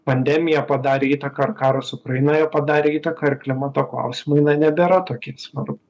pandemija padarė įtaką ar karas ukrainoje padarė įtaką ir klimato klausimai na nebėra tokie svarbūs